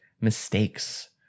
mistakes